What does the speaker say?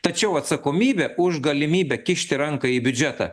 tačiau atsakomybė už galimybę kišti ranką į biudžetą